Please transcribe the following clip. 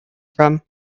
from